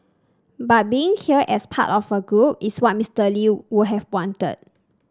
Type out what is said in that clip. but being here as part of a group is what Mister Lee would have wanted